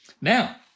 Now